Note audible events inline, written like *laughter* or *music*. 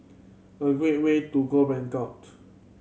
a great way to go *unintelligible*